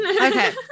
Okay